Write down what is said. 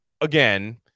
again